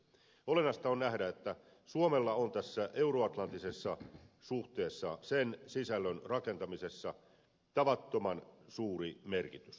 olennaista on nähdä että suomella on tässä euroatlanttisessa suhteessa sen sisällön rakentamisessa tavattoman suuri merkitys